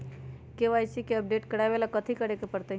KYC के update करवावेला कथि करें के परतई?